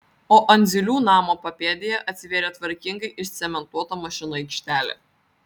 o andziulių namo papėdėje atsivėrė tvarkingai išcementuota mašinų aikštelė